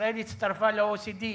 ישראל הצטרפה ל-OECD,